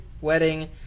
wedding